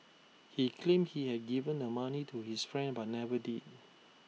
he claimed he had given the money to his friend but never did